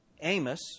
Amos